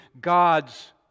God's